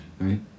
right